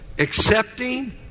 Accepting